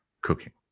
cooking